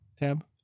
Tab